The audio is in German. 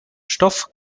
stoff